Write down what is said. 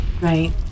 Right